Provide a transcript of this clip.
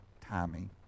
timing